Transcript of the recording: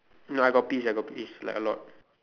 no I got peas I got peas like a lot